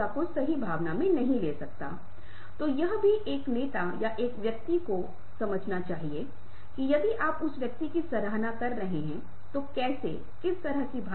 बहुत जल्दी मैं एक ऐसी चीज के बारे में बात करूंगा जो अशाब्दिक संचार के संदर्भ में महत्वपूर्ण है जो क्षेत्र या दूरियों की अवधारणा है